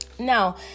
now